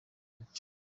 ryica